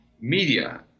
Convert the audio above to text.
media